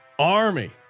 Army